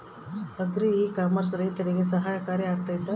Agri e commerce ರೈತರಿಗೆ ಸಹಕಾರಿ ಆಗ್ತೈತಾ?